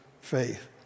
faith